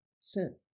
Sin